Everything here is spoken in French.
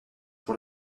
pour